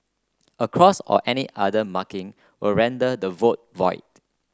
a cross or any other marking will render the vote void